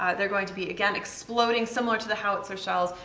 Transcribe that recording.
ah they are going to be again, exploding similar to the howitzer shells,